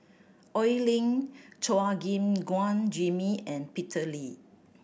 Oi Lin Chua Gim Guan Jimmy and Peter Lee